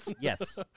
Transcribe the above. Yes